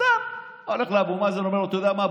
סתם, הולך לאבו מאזן ואומר לו: אתה יודע מה?